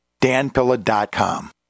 danpilla.com